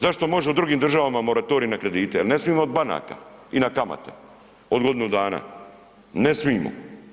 Zašto može u drugim državama moratorij na kredite, jel ne smimo od banaka i na kamate od godinu dana, ne smimo.